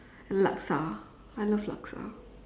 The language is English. and laksa I love laksa